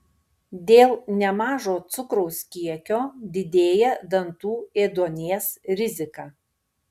dėl nemažo cukraus kiekio didėja dantų ėduonies rizika